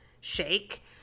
shake